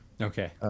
Okay